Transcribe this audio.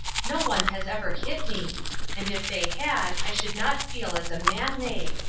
no one has ever hit me and if they had i should not feel as a man may.